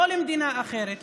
לא למדינה אחרת,